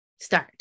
start